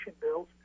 bills